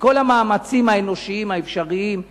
את כל המאמצים האנושיים האפשריים,